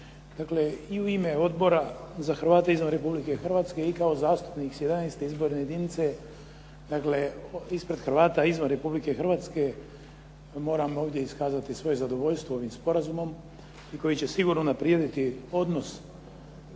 Dakle i u ime Odbora za Hrvate izvan Republike Hrvatske i kao zastupnik s 11. izborne jedinice, dakle ispred Hrvata izvan Republike Hrvatske moram ovdje iskazati svoje zadovoljstvo ovim sporazumom koji će sigurno unaprijediti odnos